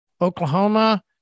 Oklahoma